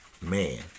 man